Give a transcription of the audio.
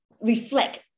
reflect